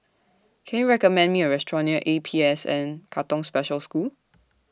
Can YOU recommend Me A Restaurant near A P S N Katong Special School